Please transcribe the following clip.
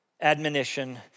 admonition